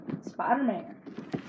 Spider-Man